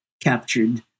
captured